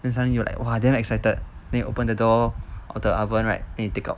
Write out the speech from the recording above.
then suddenly you like !wah! damn excited then you open the door of the oven right and you take out